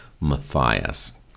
Matthias